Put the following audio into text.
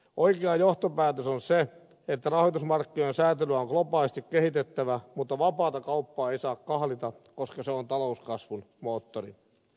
oikea johtopäätös on se että rahoitusmarkkinasäätelyä on globaalisti kehitettävä mutta vapaata kauppaa ei saa kahlita koska se on talouskasvun moottori